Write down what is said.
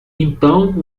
então